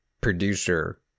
producer